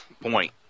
point